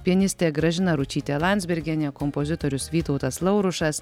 pianistė gražina ručytė landsbergienė kompozitorius vytautas laurušas